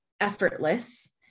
effortless